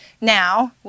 Now